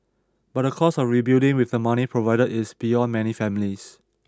but the cost of rebuilding with the money provided is beyond many families